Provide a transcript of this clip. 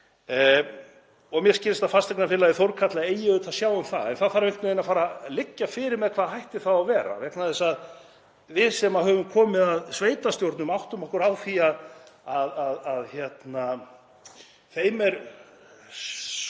Mér skilst að fasteignafélagið Þórkatla eigi auðvitað að sjá um það en það þarf einhvern veginn að fara að liggja fyrir með hvaða hætti það á að vera vegna þess að við sem höfum komið að sveitarstjórnum áttum okkur á því að þeim er